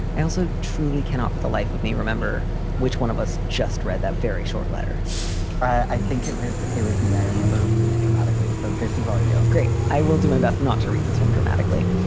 i also truly cannot for the life of me. remember which one of us just read that very short letter i think it was it was me. i remember reading it dramatically. so this is all yeah great i will do my best not to read this one dramatically.